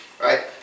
Right